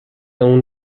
اون